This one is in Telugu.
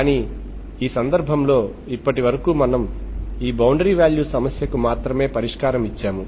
కానీ ఈ సందర్భంలో ఇప్పటివరకు మనము ఈ బౌండరీ వాల్యూ సమస్యకు మాత్రమే పరిష్కారం ఇచ్చాము